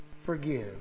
forgive